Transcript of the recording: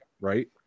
right